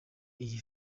iyi